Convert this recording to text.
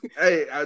Hey